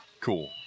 cool